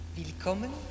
Willkommen